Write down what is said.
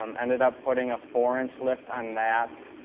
um ended up putting a four inch lift on that.